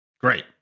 Great